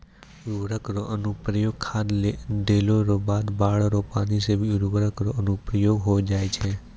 उर्वरक रो अनुप्रयोग खाद देला रो बाद बाढ़ रो पानी से भी उर्वरक रो अनुप्रयोग होय जाय छै